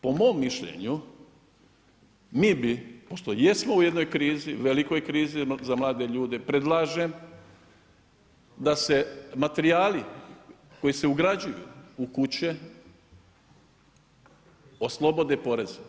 Po mom mišljenju mi bi pošto jesmo u jednoj krizi, velikoj krizi za mlade ljude, predlažem da se materijali koji se ugrađuju u kuće oslobode PDV-a.